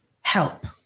Help